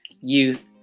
Youth